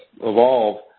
evolve